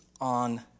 on